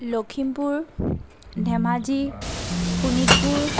Lakhimpur Dhemaji Sonitpur